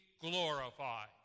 glorified